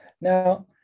Now